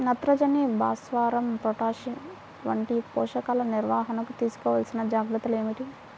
నత్రజని, భాస్వరం, పొటాష్ వంటి పోషకాల నిర్వహణకు తీసుకోవలసిన జాగ్రత్తలు ఏమిటీ?